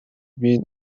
been